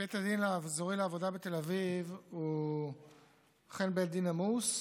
בית הדין האזורי לעבודה בתל אביב הוא אכן בית דין עמוס.